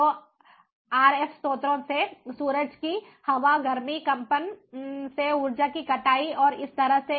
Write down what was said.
तो आरएफ स्रोतों से सूरज की हवा गर्मी कंपन से ऊर्जा की कटाई और इस तरह से